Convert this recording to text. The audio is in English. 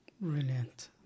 Brilliant